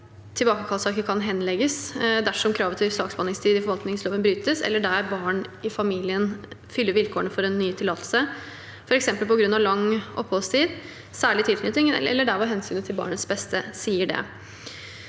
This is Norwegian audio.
tilbakekallssaker kan henlegges dersom kravet til saksbehandlingstid i forvaltningsloven brytes, eller der hvor barn i familien fyller vilkårene for en ny tillatelse, f.eks. på grunn av lang oppholdstid eller særlig tilknytning, eller der hvor hensynet til barnets beste tilsier det.